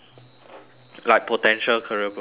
like potential career progression